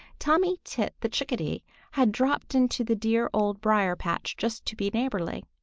tommy tit the chickadee had dropped into the dear old briar-patch just to be neighborly.